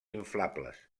inflables